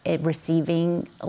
receiving